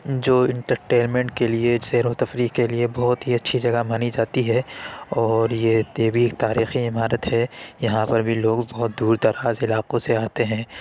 جو انٹرٹینمنٹ کے لیے سیر و تفریح کے لیے بہت ہی اچھی جگہ مانی جاتی ہے اور یہ بھی ایک تاریخی عمارت ہے یہاں پر بھی لوگ بہت دور دراز علاقوں سے آتے ہیں